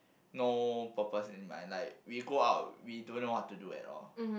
no purpose in my like we go out we don't know what to do at all